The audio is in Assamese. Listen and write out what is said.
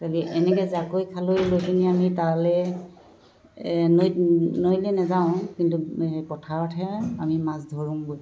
এনেকৈ জাকৈ খালৈ লৈ পিনি আমি তালৈ নৈত নৈলৈ নাযাওঁ কিন্তু সে পথাৰতহে আমি মাছ ধৰোগৈ